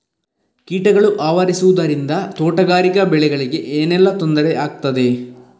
ಕೀಟಗಳು ಆವರಿಸುದರಿಂದ ತೋಟಗಾರಿಕಾ ಬೆಳೆಗಳಿಗೆ ಏನೆಲ್ಲಾ ತೊಂದರೆ ಆಗ್ತದೆ?